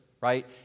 right